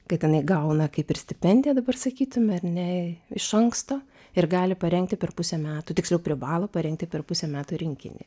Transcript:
kad jinai gauna kaip ir stipendiją dabar sakytume ne iš anksto ir gali parengti per pusę metų tiksliau privalo parengti per pusę metų rinkinį